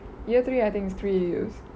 year three I think it's three A_Us